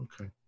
Okay